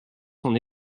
son